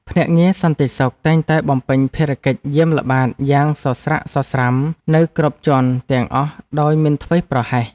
ភ្នាក់ងារសន្តិសុខតែងតែបំពេញភារកិច្ចយាមល្បាតយ៉ាងសស្រាក់សស្រាំនៅគ្រប់ជាន់ទាំងអស់ដោយមិនធ្វេសប្រហែស។